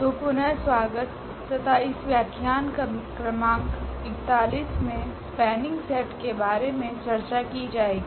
तो पुनः स्वागत तथा इस व्याख्यान क्रमांक 41 में स्पेनिंग सेट के बारे में चर्चा की जाएगी